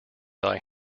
thy